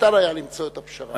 וניתן היה למצוא את הפשרה.